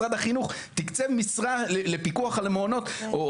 משרד החינוך תקצב משרה לפיקוח על המעונות או